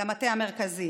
למטה המרכזי